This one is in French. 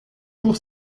jour